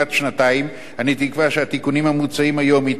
אני תקווה שהתיקונים המוצעים היום יתרמו לאכיפת החוק